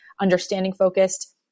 understanding-focused